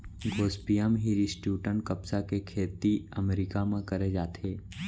Gossypium hirsutum कपसा के खेती अमेरिका म करे जाथे